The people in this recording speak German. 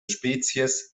spezies